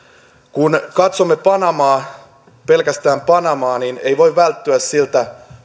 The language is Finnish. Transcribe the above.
kun katsomme panamaa pelkästään panamaa niin ei voi välttyä siltä